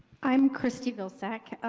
i'm christie vilsack.